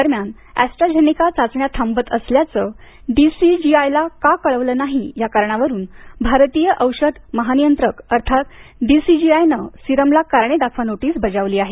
दरम्यान एस्ट्राझेनेका चाचण्या थांबवत असल्याचं डी सी जी आय ला का कळवलं नाही या कारणावरून भारतीय औषध महानियंत्रक अर्थात डीसीजीआयनं सीरमला कारणे दाखवा नोटीस बजावली आहे